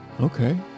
Okay